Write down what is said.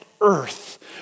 earth